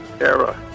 Era